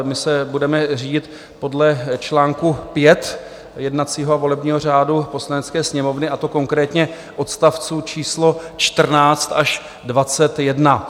My se budeme řídit podle čl. 5 jednacího a volebního řádu Poslanecké sněmovny, a to konkrétně odst. č. 14 až 21.